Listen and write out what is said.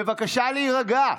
בבקשה להירגע.